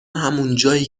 همونجایی